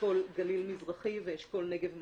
אשכול גליל מזרחי ואשכול נגב מערבי.